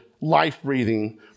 life-breathing